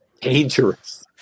dangerous